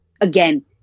again